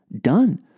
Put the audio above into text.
done